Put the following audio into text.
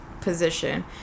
position